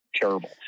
terrible